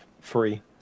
free